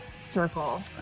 circle